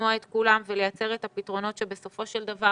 לשמוע את כולם ולייצר את הפתרונות שבסופו של דבר